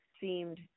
seemed